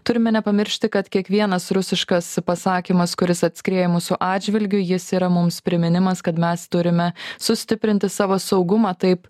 turime nepamiršti kad kiekvienas rusiškas pasakymas kuris atskrieja mūsų atžvilgiu jis yra mums priminimas kad mes turime sustiprinti savo saugumą taip